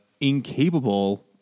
incapable